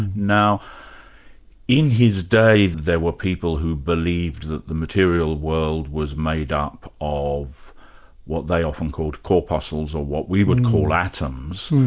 now in his day there were people who believed that the material world was made up of what they often called corpuscles or what we would call atoms,